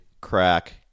crack